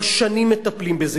כבר שנים מטפלים בזה,